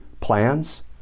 plans